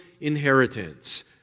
inheritance